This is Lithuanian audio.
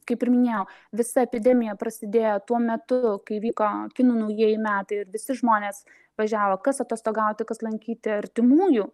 kaip ir minėjau visa epidemija prasidėjo tuo metu kai vyko kinų naujieji metai ir visi žmonės važiavo kas atostogauti kas lankyti artimųjų